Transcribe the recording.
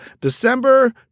December